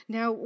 Now